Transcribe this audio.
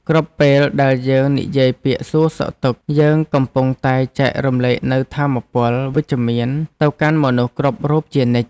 គ្រប់ពេលដែលយើងនិយាយពាក្យសួរសុខទុក្ខ យើងកំពុងតែចែករំលែកនូវថាមពលវិជ្ជមានទៅកាន់មនុស្សគ្រប់រូបជានិច្ច។